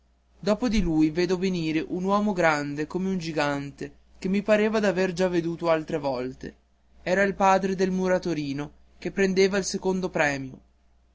dopo di lui vedo venire un uomo grande come un gigante che mi pareva d'aver già veduto altre volte era il padre del muratorino che prendeva il secondo premio